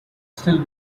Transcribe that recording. still